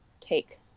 take